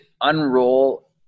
unroll